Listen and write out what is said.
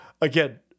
Again